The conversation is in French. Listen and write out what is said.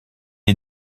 est